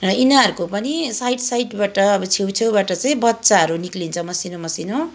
र यिनीहरबको पनि साइड साइडबाट अब छेउ छेउबाट चाहिँ बच्चाहरू निक्लिन्छ मसिनो मसिनो